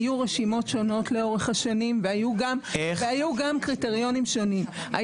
היו רשימות שונות לאורך השנים והיו גם קריטריונים שונים.